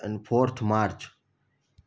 and fourth March